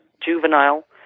juvenile